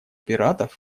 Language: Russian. пиратов